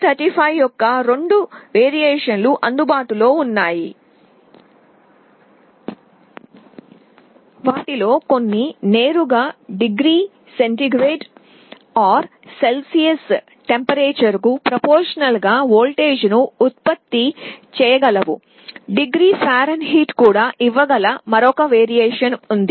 LM35 యొక్క రెండు వెర్షన్లు అందుబాటులో ఉన్నాయి వాటిలో కొన్ని నేరుగా డిగ్రీ సెంటీగ్రేడ్ లేదా సెల్సియస్ ఉష్ణోగ్రతకు ప్రపొర్షనల్ గా వోల్టేజ్ను ఉత్పత్తి చేయగలవు డిగ్రీ ఫారెన్హీట్లో కూడా ఇవ్వగల మరొక వెర్షన్ ఉంది